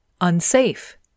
unsafe